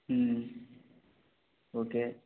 okay